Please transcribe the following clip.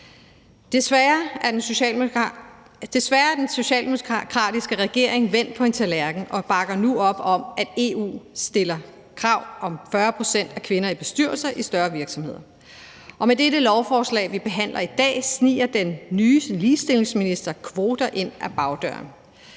Desværre er den socialdemokratiske regering vendt på en tallerken og bakker nu op om, at EU stiller krav om 40 pct. kvinder i bestyrelser i større virksomheder. Og med dette lovforslag, vi behandler i dag, sniger den nye ligestillingsminister kvoter ind ad bagdøren.